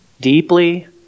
Deeply